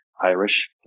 irish